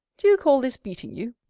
do you call this beating you?